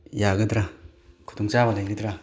ꯌꯥꯒꯗ꯭ꯔꯥ ꯈꯨꯗꯣꯡꯆꯥꯕ ꯂꯩꯒꯗ꯭ꯔꯥ